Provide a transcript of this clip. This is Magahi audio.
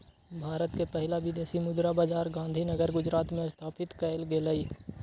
भारत के पहिला विदेशी मुद्रा बाजार गांधीनगर गुजरात में स्थापित कएल गेल हइ